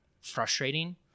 frustrating